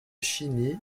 chigny